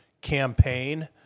campaign